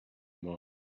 more